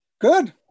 Good